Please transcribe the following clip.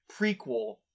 prequel